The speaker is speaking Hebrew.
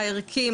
הערכי,